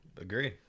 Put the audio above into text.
Agree